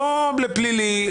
לא פלילי,